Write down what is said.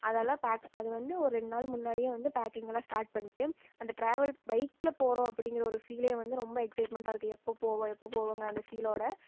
அதலாம் அது வந்து ஒரு ரெண்டு நாள் முன்னாடி வந்து பேக்கிங்கலாம் ஸ்டார்ட் பண்ணிட்டு அந்த டிராவல் பைக்கில் போகிறோம் அப்படிங்கிற ஒரு ஃபீல் வந்து ரொம்ப எக்சைட்மெண்ட்டாயிருக்கு எப்போ போவோம் எப்போ போவோம் அந்த ஃபீலோடு